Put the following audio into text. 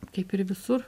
kaip ir visur